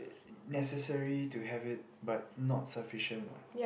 necessary to have it but not sufficient